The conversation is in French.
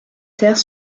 terre